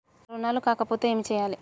నా రుణాలు కాకపోతే ఏమి చేయాలి?